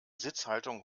sitzhaltung